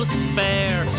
spare